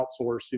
outsource